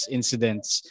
incidents